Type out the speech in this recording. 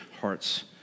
Hearts